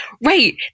Right